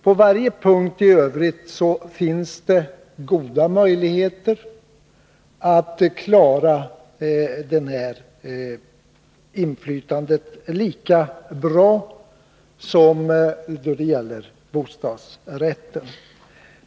På varje punkt i övrigt finns det goda möjligheter att klara inflytandet lika bra som då det gäller bostadsrätten.